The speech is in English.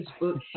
Facebook